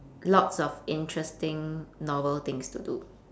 lots of interesting novel things to do